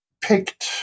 picked